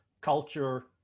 culture